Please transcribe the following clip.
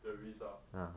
the risk ah